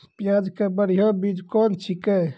प्याज के बढ़िया बीज कौन छिकै?